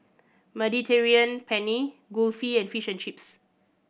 Mediterranean Penne Kulfi and Fish and Chips